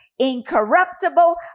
incorruptible